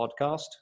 podcast